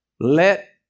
Let